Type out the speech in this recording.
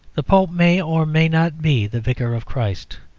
the pope may or may not be the vicar of christ.